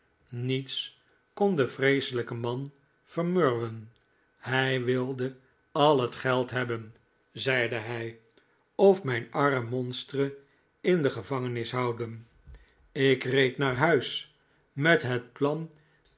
niets kon den vreeselijken man vermurwen hij wilde al het geld hebben zeide hij of mijn arm monstre in de gevangenis houden ik reed naar huis met het plan